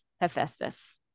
Hephaestus